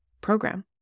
program